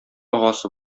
агасы